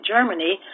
Germany